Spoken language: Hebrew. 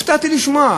הופתעתי לשמוע,